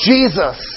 Jesus